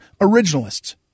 originalists